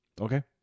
Okay